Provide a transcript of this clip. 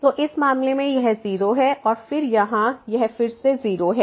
तो इस मामले में यह 0 है और फिर यहां यह फिर से 0 है